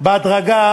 בהדרגה,